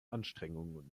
anstrengungen